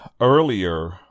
earlier